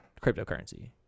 cryptocurrency